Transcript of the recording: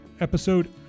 Episode